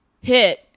hit